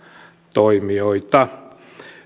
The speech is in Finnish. toimijoita